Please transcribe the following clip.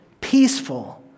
peaceful